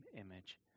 image